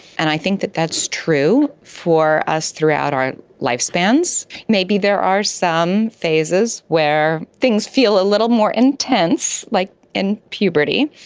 and i think that that's true for us throughout our lifespans. maybe there are some phases where things feel a little more intense, like in puberty.